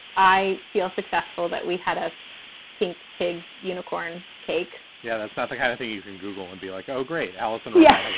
i feel successful that we had a pink pig unicorn cake yeah. that's not the kind of thing you can google and be like. oh, great. alison yes.